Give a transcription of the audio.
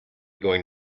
going